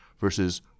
versus